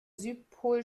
südpol